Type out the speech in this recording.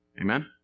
Amen